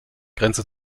grenze